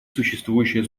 существующая